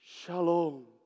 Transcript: Shalom